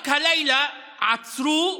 רק הלילה עצרו